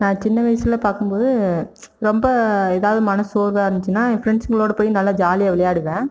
நான் சின்ன வயசில் பார்க்கும் போது ரொம்ப ஏதாவது மன சோர்வாக இருந்துச்சுன்னா என் ஃப்ரென்ஸ்ஸுங்களோடய போய் நல்லா ஜாலியாக விளையாடுவேன்